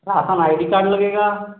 आपका I D card लगेगा